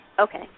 Okay